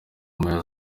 moya